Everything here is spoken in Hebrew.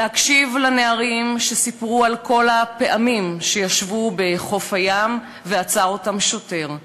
להקשיב לנערים שסיפרו על כל הפעמים שישבו בחוף הים ועצר אותם שוטר,